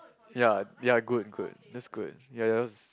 yea yea good good that's good ya yours